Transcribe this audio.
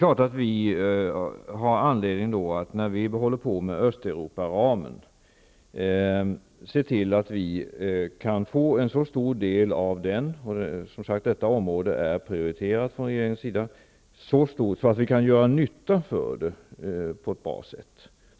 När vi arbetar med Östeuroparamen är det klart att vi har anledning att se till att den blir så stor -- och detta området är prioriterat från regeringens sida -- att vi kan göra nytta för den på ett bra sätt.